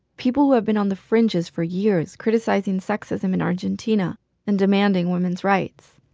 people who have been on the fringes for years criticizing sexism in argentina and demanding women's rights.